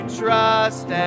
trust